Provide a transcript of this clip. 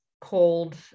cold